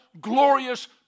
glorious